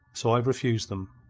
so, i've refused them.